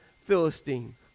Philistine